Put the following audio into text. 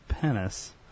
penis